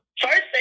first